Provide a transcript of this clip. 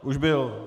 Už byl?